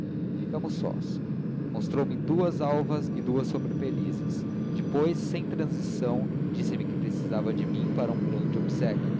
esperasse ficamos sós mostrou-me duas alvas e duas sobrepelizes depois sem transição disse-me que precisava de mim para um grande obséquio